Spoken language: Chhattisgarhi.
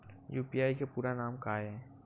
यू.पी.आई के पूरा नाम का ये?